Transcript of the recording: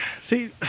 See